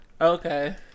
Okay